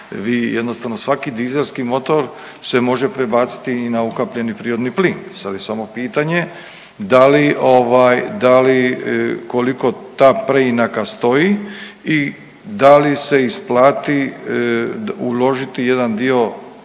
jednostavno svaki dizelski motor se može prebaciti i na ukapljeni prirodni plin, sad je samo pitanje da li ovaj, da li koliko ta preinaka stoji i da li se isplati uložiti jedan dio sredstava